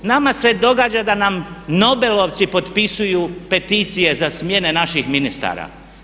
Nama se događa da nam nobelovci potpisuju peticije za smjene naših ministara.